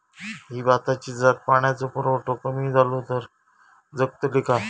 ही भाताची जात पाण्याचो पुरवठो कमी जलो तर जगतली काय?